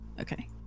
Okay